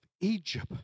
Egypt